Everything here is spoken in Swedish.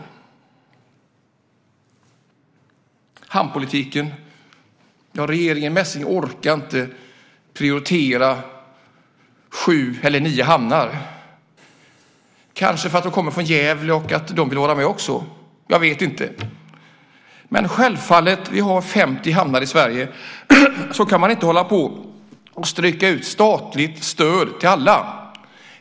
Jag går nu över till hamnpolitiken. Regeringen Messing orkar inte prioritera frågan om sju eller nio hamnar. Det är kanske för att hon kommer från Gävle, och Gävle vill också vara med. Jag vet inte. Även om vi självklart har 50 hamnar i Sverige går det inte att sträcka ut statligt stöd till alla.